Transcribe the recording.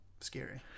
scary